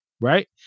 right